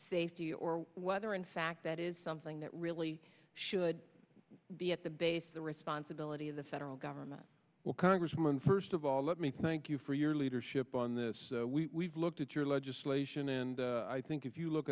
safety or whether in fact that is something that really should be at the base the responsibility of the federal government well congressman first of all let me thank you for your leadership on this we looked at your legislation and i think if you look